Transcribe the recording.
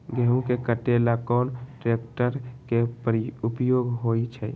गेंहू के कटे ला कोंन ट्रेक्टर के उपयोग होइ छई?